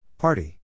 Party